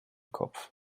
kopf